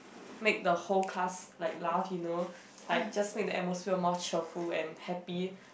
make the whole class like laugh you know like just make the atmosphere more cheerful and happy